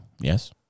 Yes